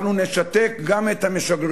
רק "כיפת ברזל" אנחנו נשתק גם את המשגרים.